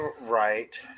Right